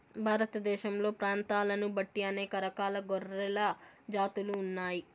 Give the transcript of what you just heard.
భారతదేశంలో ప్రాంతాలను బట్టి అనేక రకాల గొర్రెల జాతులు ఉన్నాయి